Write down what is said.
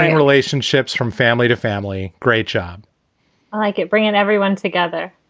relationships from family to family great job i kept bringing everyone together